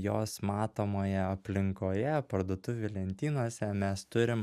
jos matomoje aplinkoje parduotuvių lentynose mes turim